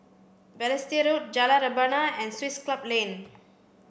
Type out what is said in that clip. Balestier Road Jalan Rebana and Swiss Club Lane